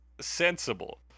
sensible